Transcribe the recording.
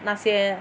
那些